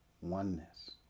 oneness